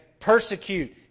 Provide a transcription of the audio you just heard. persecute